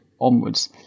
onwards